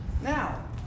Now